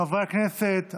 חברי הכנסת,